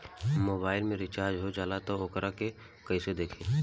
Mobile में recharge हो जाला त वोकरा के कइसे देखी?